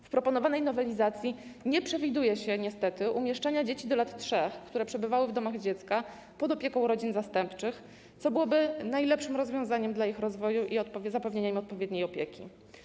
W proponowanej nowelizacji nie przewiduje się niestety umieszczania dzieci w wieku do lat 3, które przebywały w domach dziecka, pod opieką rodzin zastępczych, co byłoby najlepszym rozwiązaniem z punktu widzenia ich rozwoju i zapewnienia im odpowiedniej opieki.